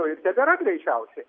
nu ir tebėra greičiausiai